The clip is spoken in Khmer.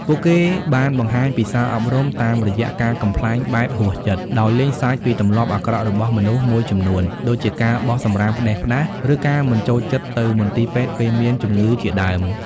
ពួកគេបានបង្ហាញពីសារអប់រំតាមរយៈការសម្ដែងបែបហួសចិត្ត ដោយលេងសើចពីទម្លាប់អាក្រក់របស់មនុស្សមួយចំនួន ដូចជាការបោះសំរាមផ្ដេសផ្ដាស ឬការមិនចូលចិត្តទៅមន្ទីរពេទ្យពេលមានជំងឺជាដើម។